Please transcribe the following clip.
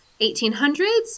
1800s